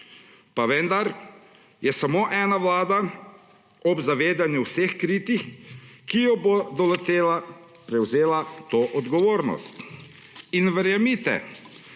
Pa vendar je samo ena vlada ob zavedanju vseh kritik, ki jo bo doletela, prevzela to odgovornost. In verjemite,